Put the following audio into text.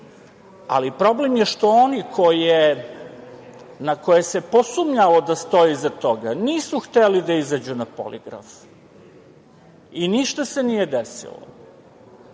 ali problem je što oni na koje se posumnja da stoji iza toga nisu hteli da izađu na poligraf i ništa se nije desilo.